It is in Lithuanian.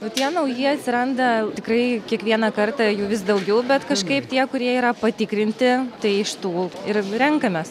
kokie nauji atsiranda tikrai kiekvieną kartą jų vis daugiau bet kažkaip tie kurie yra patikrinti tai iš tų ir renkamės